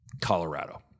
Colorado